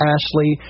Ashley